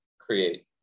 create